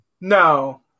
No